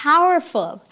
Powerful